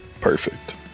Perfect